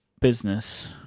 business